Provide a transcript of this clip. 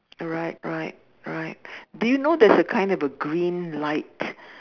right right right do you know there is a kind of green light